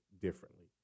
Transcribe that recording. differently